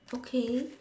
okay